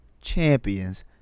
champions